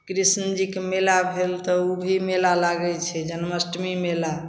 कृष्णजीके मेला भेल तऽ ओ भी मेला लागै छै जन्माष्टमी मेला